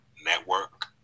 network